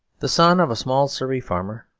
the son of a small surrey farmer,